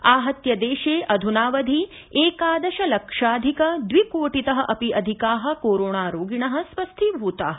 आहत्य देशे अध्नावधि एकादश लक्षाधिक द्वि कोटितः अपि अधिकाः कोरोणा रोगिणः स्वस्थीभूताः